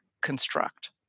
construct